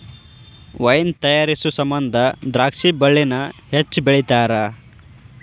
wine ತಯಾರಿಸು ಸಮಂದ ದ್ರಾಕ್ಷಿ ಬಳ್ಳಿನ ಹೆಚ್ಚು ಬೆಳಿತಾರ